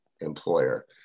employer